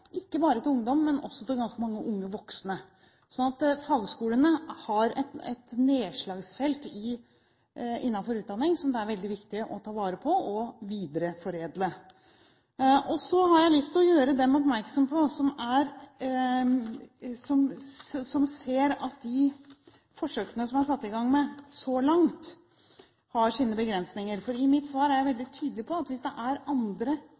ikke bare til ungdom, men også til ganske mange unge voksne. Så fagskolene har et nedslagsfelt innenfor utdanning som det er veldig viktig å ta vare på og videreforedle. Så har jeg lyst til å gjøre oppmerksom på at de forsøkene som er satt i gang så langt, har sine begrensninger. For i mitt svar er jeg veldig tydelig på at hvis det er andre